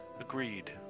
Agreed